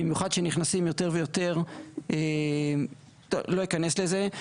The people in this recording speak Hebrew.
במיוחד כשנכנסים יותר ויותר, טוב, לא אכנס לזה.